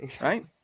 Right